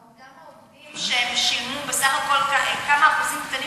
עובדה שהעובדים שילמו בסך הכול כמה אחוזים קטנים